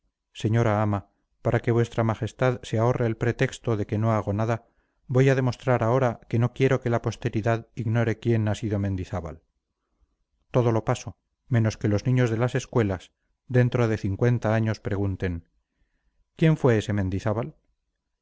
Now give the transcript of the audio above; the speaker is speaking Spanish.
señora ama para que vuestra majestad se ahorre el pretexto de que no hago nada voy a demostrar ahora que no quiero que la posteridad ignore quién ha sido mendizábal todo lo paso menos que los niños de las escuelas dentro de cincuenta años pregunten quién fue ese mendizábal